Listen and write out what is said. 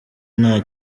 nta